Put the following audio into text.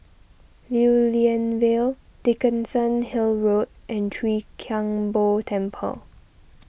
Lew Lian Vale Dickenson Hill Road and Chwee Kang Beo Temple